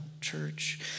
church